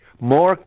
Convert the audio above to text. more